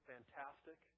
Fantastic